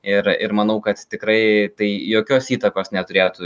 ir ir manau kad tikrai tai jokios įtakos neturėtų